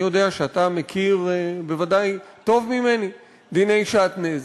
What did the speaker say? אני יודע שאתה מכיר בוודאי טוב ממני דיני שעטנז,